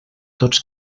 tots